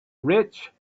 rich